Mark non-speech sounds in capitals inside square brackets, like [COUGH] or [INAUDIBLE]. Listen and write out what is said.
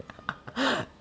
[LAUGHS]